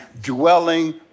dwelling